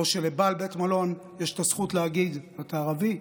שלבעל בית מלון יש את הזכות להגיד: אתה ערבי,